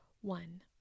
One